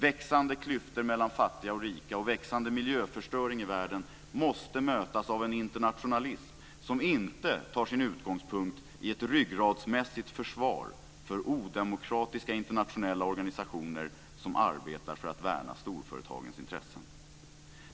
Växande klyftor mellan fattiga och rika och växande miljöförstöring i världen måste mötas med en internationalism som inte tar sin utgångspunkt i ett ryggradsmässigt försvar för odemokratiska internationella organisationer som arbetar för att värna storföretagens intressen.